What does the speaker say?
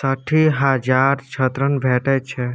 साठि हजारक ऋण भेटै छै